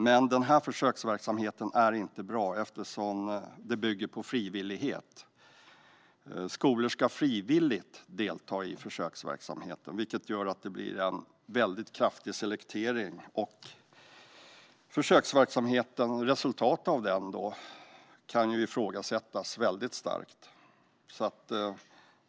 Men den här försöksverksamheten är inte bra eftersom den bygger på frivillighet. Skolor ska delta frivilligt i försöksverksamheten, vilket gör att det blir en kraftig selektering och resultatet av försöksverksamheten kan ifrågasättas mycket starkt.